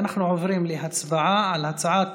אנחנו עוברים להצבעה על הצעת